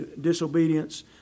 disobedience